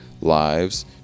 lives